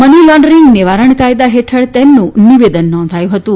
money laundering નિવારણ કાયદા હેઠળ તેમનું નિવેદન નોંધાયુ હતું